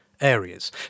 areas